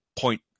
Point